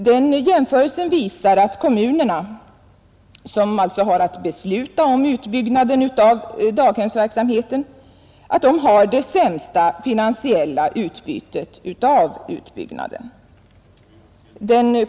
Den jämförelsen visar att kommunerna, som alltså har att besluta om utbyggnaden av daghemsverksamheten, har det sämsta finansiella utbytet av utbyggnaden.